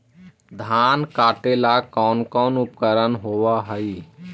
धान काटेला कौन कौन उपकरण होव हइ?